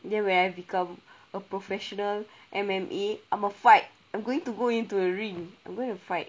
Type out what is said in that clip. then when I become a professional M_M_A I'm fight I'm going to go into a ring I'm going to fight